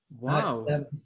Wow